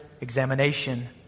examination